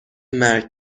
مرگ